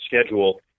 schedule